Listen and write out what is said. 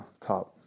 top